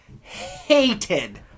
hated